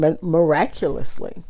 miraculously